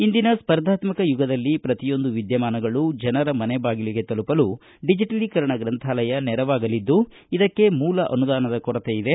ಇಂದಿನ ಸ್ಪರ್ಧಾತ್ಮಕ ಯುಗದಲ್ಲಿ ಪ್ರತಿಯೊಂದು ವಿದ್ಯಮಾನಗಳು ಜನರ ಮನೆ ಬಾಗಿಲಿಗೆ ತಲುಪಲು ಡಿಜಟಲೀಕರಣ ಗ್ರಂಥಾಲಯ ನೆರವಾಗಲಿದ್ದು ಇದಕ್ಕೆ ಮೂಲ ಅನುದಾನದ ಕೊರತೆ ಇದೆ